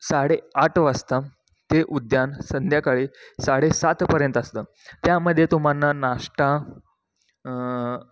साडे आठ वाजता ते उद्यान संध्याकाळी साडे सातपर्यंत असतं त्यामध्ये तुम्हाला नाश्ता